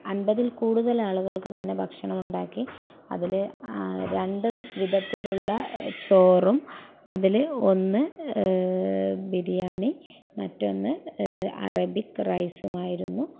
അൻപതിൽ കൂടുതൽ ആളുകൾക്ക് തന്നെ ഭക്ഷണം ഉണ്ടാക്കി അതിൽ രണ്ട് വിധത്തിലുള്ള ചോറും അതിൽ ഒന്ന് ബിരിയാണി മറ്റൊന്ന് അറബിക്ക് റൈസുമായിരുന്നു